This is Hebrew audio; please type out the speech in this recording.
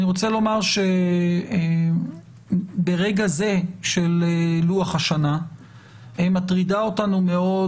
אני רוצה לומר שברגע הזה של לוח השנה מטרידה אותנו מאוד